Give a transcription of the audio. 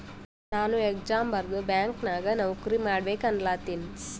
ನಾನು ಎಕ್ಸಾಮ್ ಬರ್ದು ಬ್ಯಾಂಕ್ ನಾಗ್ ನೌಕರಿ ಮಾಡ್ಬೇಕ ಅನ್ಲತಿನ